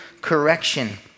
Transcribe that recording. correction